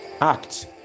Act